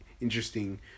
interesting